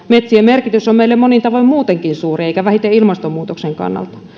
metsien merkitys on meille monin tavoin muutenkin suuri eikä vähiten ilmastonmuutoksen kannalta